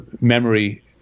memory